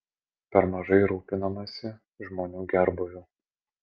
per mažai rūpinamasi žmonių gerbūviu